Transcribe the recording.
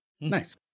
Nice